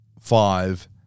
five